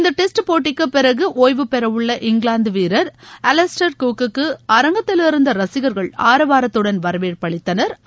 இந்த டெஸ்ட் போட்டிக்கு பிறகு ஓய்வுபெறவுள்ள இங்கிலாந்து வீரர் அலிஸ்டையர்குக் க்கு அரங்கத்திலிருந்து ரசிகர்கள் ஆரவாரத்துடன் வரவேற்பு அளித்தனா்